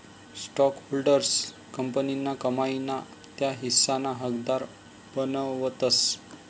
स्टॉकहोल्डर्सले कंपनीना कमाई ना त्या हिस्साना हकदार बनावतस